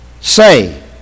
say